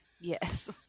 Yes